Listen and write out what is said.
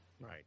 Right